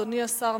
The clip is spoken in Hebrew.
אדוני השר,